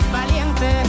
valiente